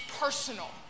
personal